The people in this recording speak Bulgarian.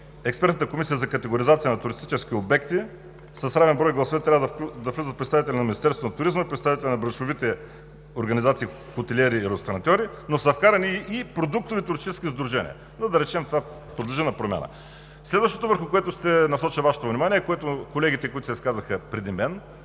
Експертната комисия за категоризация на туристически обекти с равен брой гласове трябва да влизат представители на Министерството на туризма и представители на браншовите организации, хотелиери и ресторантьори, но са вкарани и продуктови туристически сдружения – но, да речем, това подлежи на промяна. Следващото, върху което ще насоча Вашето внимание, е това, което колегите, които се изказаха преди мен,